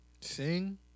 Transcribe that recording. Sing